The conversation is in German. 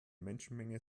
menschenmenge